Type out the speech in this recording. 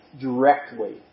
directly